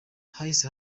hahise